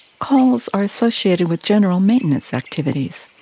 calls are associated with general maintenance activities.